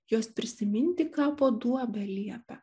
jos prisiminti kapo duobę liepia